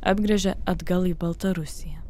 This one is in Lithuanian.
apgręžia atgal į baltarusiją